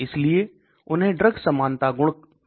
इसलिए उन्हें ड्रग समानता गुण कहा जाता है